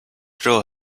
drill